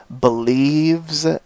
believes